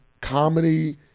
comedy